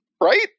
right